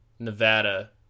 Nevada